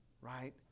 right